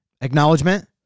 Acknowledgement